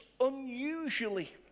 unusually